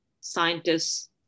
scientists